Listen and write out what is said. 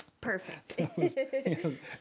Perfect